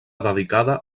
dedicada